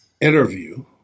interview